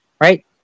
right